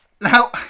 Now